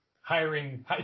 hiring